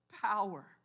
power